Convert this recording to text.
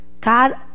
God